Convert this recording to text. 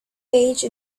page